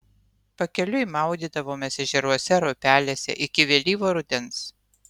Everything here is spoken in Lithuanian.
pakeliui maudydavomės ežeruose ar upelėse iki vėlyvo rudens